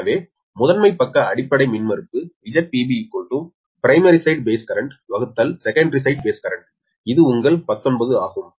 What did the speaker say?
எனவே முதன்மை பக்க அடிப்படை மின்மறுப்பு ZpBprimary side base currentsecondary side base currentஇது உங்கள் 19 ஆகும்